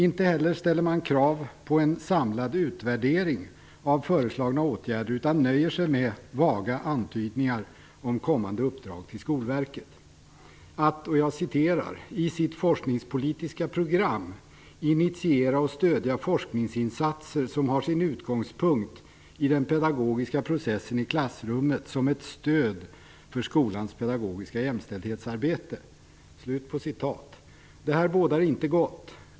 Inte heller ställer man krav på en samlad utvärdering av föreslagna åtgärder utan nöjer sig med vaga antydningar om kommande uppdrag till Skolverket att "i sitt forskningspolitiska program initiera och stödja forskningsinsatser, som har sin utgångspunkt i den pedagogiska processen i klassrummet, som ett stöd för skolans pedagogiska jämställdhetsarbete". Det här bådar inte gott.